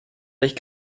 durch